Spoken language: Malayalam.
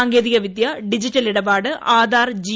സാങ്കേതിക് വിദ്യ ഡിജിറ്റൽ ഇടപാട് ആധാർ ജി